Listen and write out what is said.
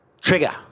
trigger